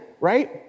right